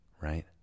right